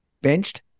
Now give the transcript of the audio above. benched